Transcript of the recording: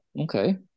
okay